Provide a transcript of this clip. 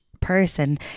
person